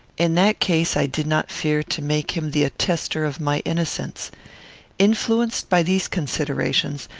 in that case i did not fear to make him the attester of my innocence influenced by these considerations,